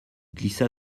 glissa